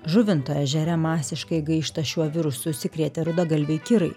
žuvinto ežere masiškai gaišta šiuo virusu užsikrėtę rudagalviai kirai